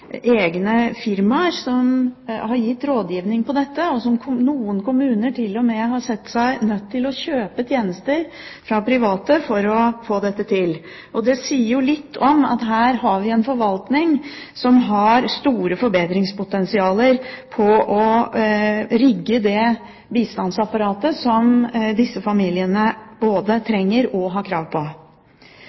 egne firmaer som har gitt rådgivning på dette, og noen kommuner har til og med sett seg nødt til å kjøpe tjenester fra private for å få dette til. Det sier jo litt om at her har vi en forvaltning som har store forbedringspotensialer når det gjelder å rigge det bistandsapparatet som disse familiene både trenger og har krav på.